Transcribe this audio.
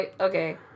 okay